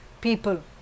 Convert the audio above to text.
people